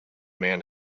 man